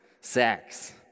sex